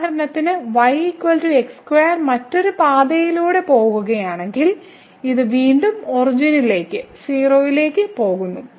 ഉദാഹരണത്തിന് y x2 മറ്റൊരു പാതയിലൂടെ പോകുകയാണെങ്കിൽ ഇത് വീണ്ടും ഒറിജിനിലേക്ക് 0 ലേക്ക് പോകുന്നു